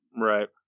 Right